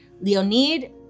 Leonid